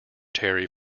terry